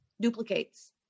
duplicates